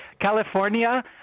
California